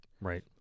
Right